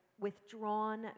withdrawn